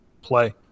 play